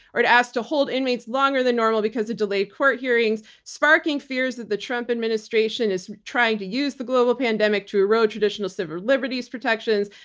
or to ask to hold inmates longer than normal because of delayed court hearings, sparking fears that the trump administration is trying to use the global pandemic to erode traditional civil liberties protections.